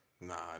Nah